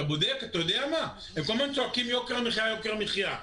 הם כל הזמן צועקים, יוקר המחיה, יוקר המחיה.